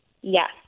Yes